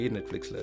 Netflix